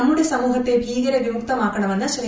നമ്മുടെ സമൂഹത്തെ ഭീകര വിമുക്തമാക്കണമെന്ന് ശ്രീ